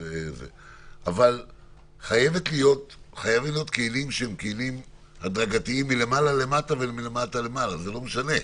אבל חייבים להיות כלים הדרגתיים מלמעלה למטה ולמטה למעלה וזה לא משנה.